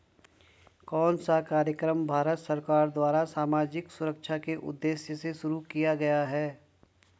कौन सा कार्यक्रम भारत सरकार द्वारा सामाजिक सुरक्षा के उद्देश्य से शुरू किया गया है?